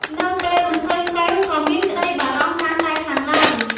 នៅពេលមិនឃើញកូនក៏មានក្តីបារម្ភកាន់តែខ្លាំងឡើង ។